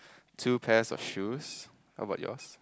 two pairs of shoes how about yours